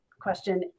question